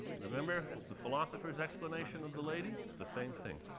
remember the philosopher's explanation of the lady? it's the same thing.